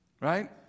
right